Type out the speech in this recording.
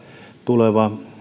tuleva